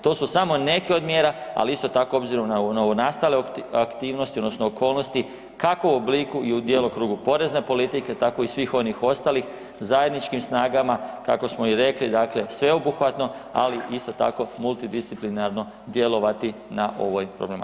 To su samo neke od mjera, ali isto tako obzirom na novonastale aktivnosti odnosno okolnosti kako u obliku i u djelokrugu porezne politike tako i svih onih ostalih zajedničkim snagama kako smo i rekli dakle sveobuhvatno, ali isto tako multidisciplinarno djelovati na ovoj problematici.